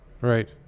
right